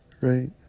Right